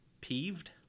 peeved